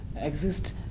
exist